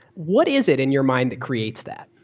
what is it in your mind that creates that?